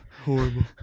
Horrible